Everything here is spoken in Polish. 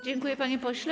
Dziękuję, panie pośle.